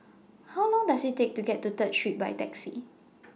How Long Does IT Take to get to Third Street By Taxi